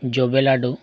ᱡᱚᱵᱮᱞᱟᱹᱰᱩ